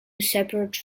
separate